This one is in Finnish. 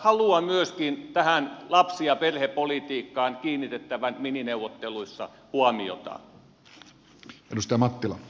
haluan myöskin tähän lapsi ja perhepolitiikkaan kiinnitettävän minineuvotteluissa huomiota